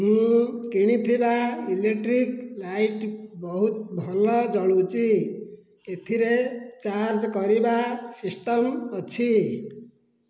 ମୁଁ କିଣିଥିବା electric light ବହୁତ ଭଲ ଜଳୁଛି ଏଥିରେ ଚାର୍ଜ କରିବା ସିଷ୍ଟମ ଅଛି